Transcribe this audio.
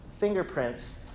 fingerprints